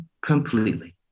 completely